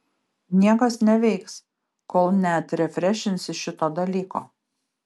niekas neveiks kol neatrefrešinsi šito dalyko